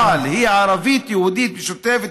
המדינה בפועל היא ערבית-יהודית משותפת,